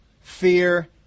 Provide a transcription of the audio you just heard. fear